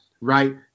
right